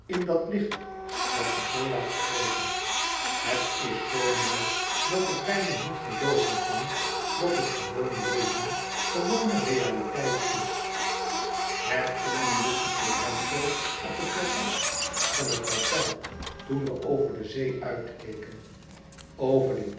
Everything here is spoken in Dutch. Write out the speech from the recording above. in dat licht dat me zoo laat spreken het is zoo mooi dat ik bijna niet gelooven kan dat het gewoon leven gewone realiteit is herinner je te sorrento op het terras van het hôtel toen we over de zee uitkeken over die